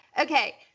Okay